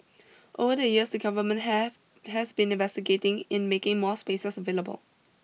over the years the Government have has been investigating in making more spaces available